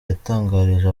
yatangarije